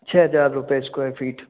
छः हज़ार रुपये स्क्वायर फ़ीट